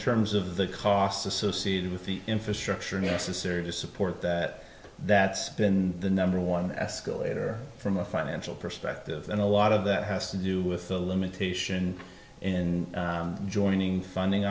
terms of the costs associated with the infrastructure necessary to support that that's been the number one escalator from the financial perspective and a lot of that has to do with the limitation in joining funding